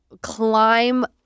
climb